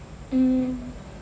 mm